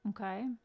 Okay